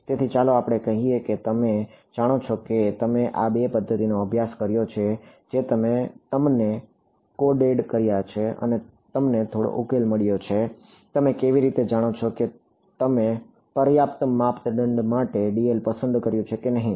તેથી ચાલો આપણે કહીએ કે તમે જાણો છો કે તમે આ બે પદ્ધતિઓનો અભ્યાસ કર્યો છે જે તમે તેમને કોડેડ કર્યા છે અને તમને થોડો ઉકેલ મળ્યો છે તમે કેવી રીતે જાણો છો કે તમે પર્યાપ્ત દંડ માટે dl પસંદ કર્યું છે કે નહીં